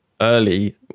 early